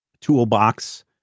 toolbox